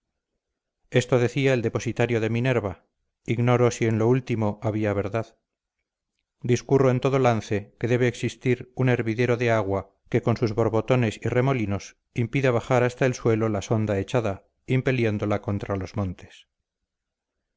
esto decía el depositario de minerva ignoro si en lo último había verdad discurro en todo lance que debe existir un hervidero de agua que con sus borbotones y remolinos impida bajar hasta el suelo la sonda echada impeliéndola contra los montes